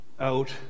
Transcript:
out